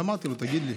אמרתי לו: תגיד לי,